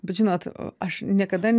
bet žinot aš niekada